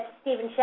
Stephen